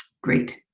great.